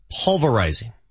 pulverizing